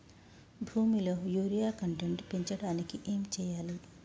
భూమిలో urea content పెంచడానికి ఏం చేయాలి?